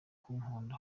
kunkunda